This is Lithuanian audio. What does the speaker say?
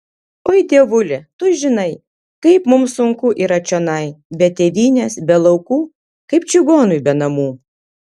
oi dievuli tu žinai kaip mums sunku yra čionai be tėvynės be laukų kaip čigonui be namų